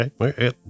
okay